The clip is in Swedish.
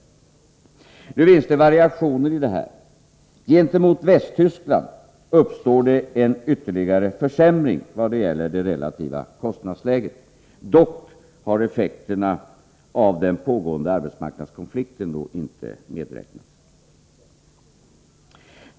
Men det finns variationer i det här avseendet. Gentemot Västtyskland uppstår en ytterligare försämring i vad det gäller det relativa kostnadsläget. Dock har effekterna av den pågående arbetsmarknadskonflikten där inte medräknats.